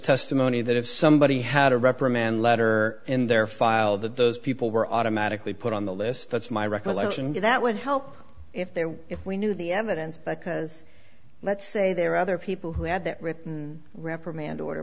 testimony that if somebody had a reprimand letter in their file that those people were automatically put on the list that's my recollection that would help if there were if we knew the evidence because let's say there were other people who had that written reprimand order